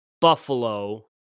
Buffalo